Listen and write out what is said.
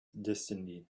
destiny